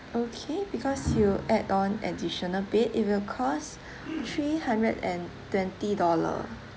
okay because you add on additional bed it will cost three hundred and twenty dollar